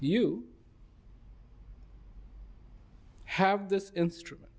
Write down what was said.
you have this instrument